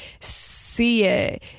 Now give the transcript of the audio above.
c'est